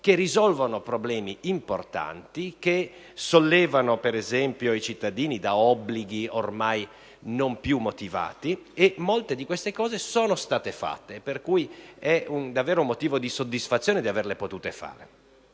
che risolvono problemi importanti, che sollevano per esempio i cittadini da obblighi ormai non più motivati. Molte di queste cose sono state fatte, ed è davvero motivo di soddisfazione averle potute fare.